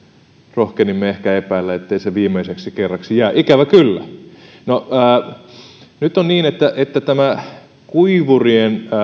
rohkenimme ehkä epäillä ettei se viimeiseksi kerraksi jää ikävä kyllä no nyt on niin että että tämä kuivurien